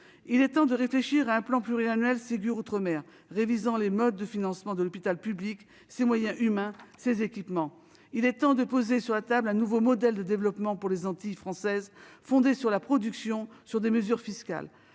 Il est temps de réfléchir à un plan pluriannuel « Ségur outre-mer » révisant les modes de financement de l'hôpital public, notamment ses moyens humains et ses équipements. Il est temps de poser sur la table un nouveau modèle de développement pour les Antilles françaises, fondé sur la production, ainsi que sur des mesures fiscales.